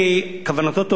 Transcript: כוונתו טובה,